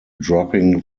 dropping